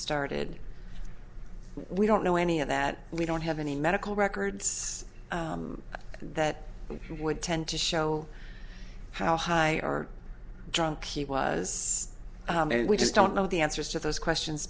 started we don't know any of that we don't have any medical records that would tend to show how high are drunk he was and we just don't know the answers to those questions